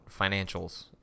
financials